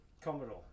Commodore